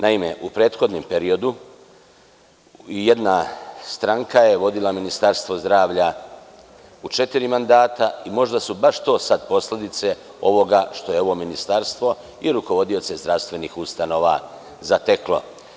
Naime, u prethodnom periodu, jedna stranka je vodila Ministarstvo zdravlja u četiri mandata i možda su baš to sad posledice ovoga što je ovo Ministarstvo i rukovodioce zdravstvenih ustanova zateklo.